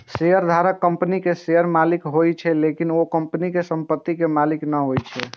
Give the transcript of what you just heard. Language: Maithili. शेयरधारक कंपनीक शेयर के मालिक होइ छै, लेकिन ओ कंपनी के संपत्ति के मालिक नै होइ छै